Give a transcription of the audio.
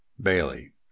Bailey